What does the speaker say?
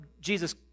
Jesus